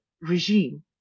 regime